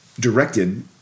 directed